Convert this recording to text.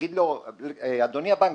יגידו לו: אדוני הבנק,